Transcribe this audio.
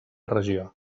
regió